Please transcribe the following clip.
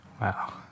Wow